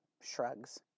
shrugs